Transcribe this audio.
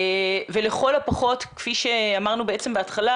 לכל הפחות כפי שאמרנו בעצם בהתחלה,